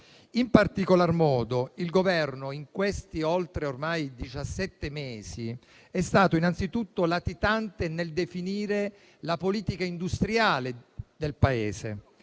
In particolar modo il Governo, in questi oltre ormai diciassette mesi, è stato innanzitutto latitante nel definire la politica industriale del Paese.